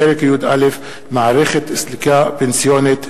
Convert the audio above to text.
פרק י"א: מערכת סליקה פנסיונית.